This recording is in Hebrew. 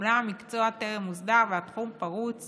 אולם המקצוע טרם הוסדר והתחום פרוץ